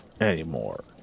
anymore